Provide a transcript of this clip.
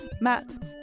Matt